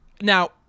now